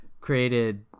created